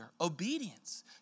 obedience